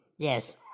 Yes